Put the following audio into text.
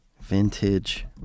Vintage